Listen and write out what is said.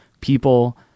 people